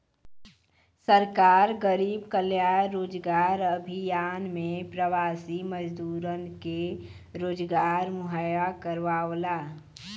सरकार गरीब कल्याण रोजगार अभियान में प्रवासी मजदूरन के रोजगार मुहैया करावला